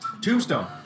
Tombstone